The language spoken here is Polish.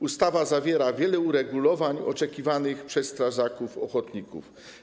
Ustawa zawiera wiele uregulowań oczekiwanych przez strażaków ochotników.